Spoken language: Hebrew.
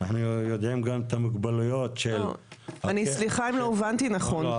אנחנו יודעים כבר את המוגבלויות של --- סליחה אם לא הובנתי נכון,